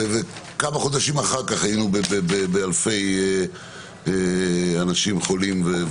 כמה חודשים אחר כך היינו עם אלפי אנשים חולים.